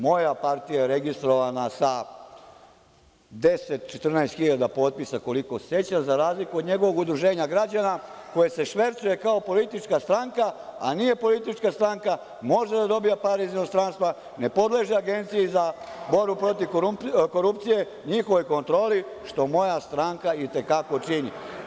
Moja partija je registrovana sa 10-14 hiljada potpisa, koliko se sećam, za razliku od njegovog udruženja građana koje se švercuje kao politička stranka, a nije politička stranka, a može da dobija pare iz inostranstva, ne podleže Agenciji za borbu protiv korupcije, njihovoj kontroli, što moja stranka i te kako čini.